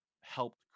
helped